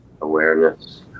awareness